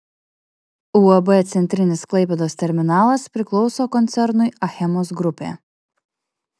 uab centrinis klaipėdos terminalas priklauso koncernui achemos grupė